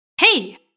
Hey